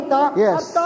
Yes